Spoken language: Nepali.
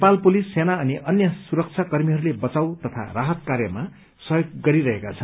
नेपाल पुलिस सेना अनि अन्य सुरक्षाकर्मीहरूले बचाव तथा राहत कार्यमा सहयोग गरिरहेका छन्